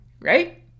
right